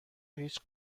هیچ